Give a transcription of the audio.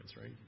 right